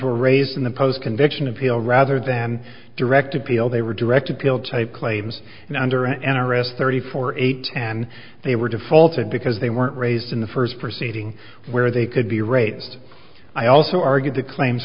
were raised in the post conviction appeal rather than direct appeal they were direct appeal type claims in under an arrest thirty four eight and they were defaulted because they weren't raised in the first proceeding where they could be raised i also argued the claims